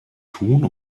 tun